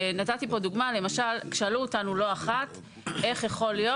נתתי פה דוגמה שאלו אותנו לא אחת איך יכול להיות